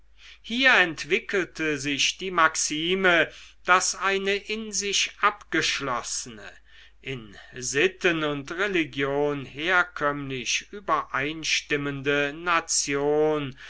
hier entwickelte sich die maxime daß eine in sich abgeschlossene in sitten und religion herkömmlich übereinstimmende nation